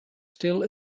still